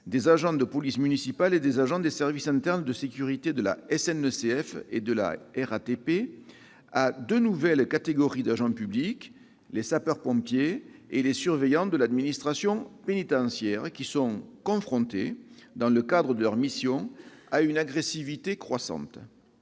des agents de police municipale et des agents des services internes de sécurité de la SNCF et de la RATP, à deux nouvelles catégories d'agents publics : les sapeurs-pompiers et les surveillants de l'administration pénitentiaire, qui sont confrontés, dans le cadre de leurs missions, à une agressivité croissante.